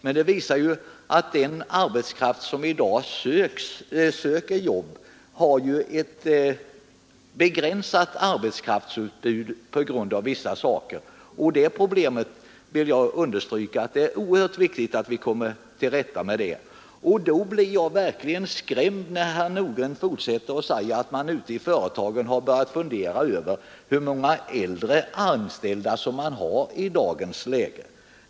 Men det visar sig att det av vissa orsaker är ett ganska begränsat utbud när det gäller den arbetskraft som i dag söker jobb. Jag vill understryka att det är oerhört viktigt att vi kommer till rätta med detta problem. Och jag blev verkligen skrämd när herr Nordgren fortsatte med att säga att man ute i företagen har börjat fundera över hur många äldre anställda man har i dagens läge.